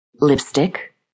Lipstick